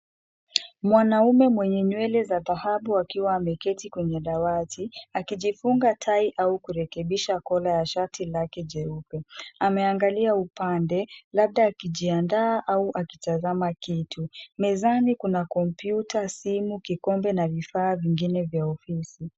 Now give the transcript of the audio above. Mwanaume mwenye nywele za dhahabu akiwa ameketi kwenye dawati, akijifunga tai au kurekebisha kola ya shati lake jeupe. Ameangalia upande, labda akijiandaa au akitazama kitu. Mezani kuna kompyuta, simu, kikombe na vifaa vingine vya ofisi.